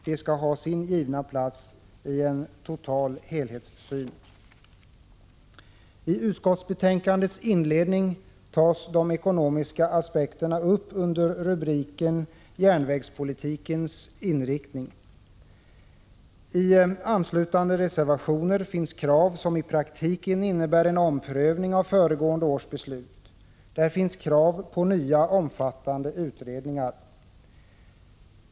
Dessa skall ha sin givna plats när det gäller den totala helhetssynen. I utskottsbetänkandets inledning tas de ekonomiska aspekterna upp under rubriken Järnvägspolitikens inriktning, m.m. I anslutande reservationer finns krav som i praktiken innebär en omprövning av föregående års beslut. Där finns krav på nya omfattande utredningar.